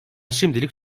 şimdilik